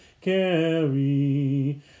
carry